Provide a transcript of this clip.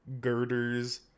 girders